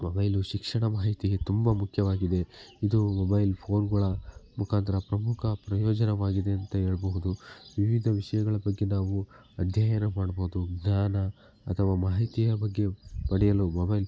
mobile ಶಿಕ್ಷಣ ಮಾಹಿತಿಗೆ ತುಂಬ ಮುಖ್ಯವಾಗಿದೆ ಇದು ಮೊಬೈಲ್ ಫ಼ೋನ್ಗಳ ಮುಖಾಂತರ ಪ್ರಮುಖ ಪ್ರಯೋಜನವಾಗಿದೆ ಅಂತ ಹೇಳಬಹುದು ವಿವಿಧ ವಿಷಯಗಳ ಬಗ್ಗೆ ನಾವು ಅಧ್ಯಯನ ಮಾಡ್ಬೋದು ಜ್ಞಾನ ಅಥವಾ ಮಾಹಿತಿಯ ಬಗ್ಗೆ ಪಡೆಯಲು ಮೊಬೈಲ್